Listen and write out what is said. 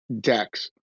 DEX